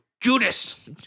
Judas